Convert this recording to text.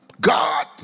God